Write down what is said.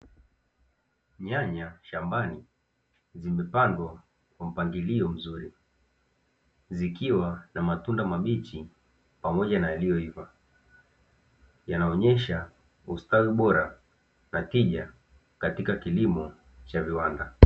Nyanya shambani zimepandwa kwa mpangilio mzuri, zikiwa na matunda mabichi pamoja na yaliyoiva, yanaonyesha ustawi bora na tija katika kilimo cha viwanda.